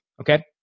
Okay